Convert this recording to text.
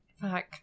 Fuck